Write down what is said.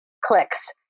clicks